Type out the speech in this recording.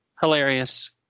Hilarious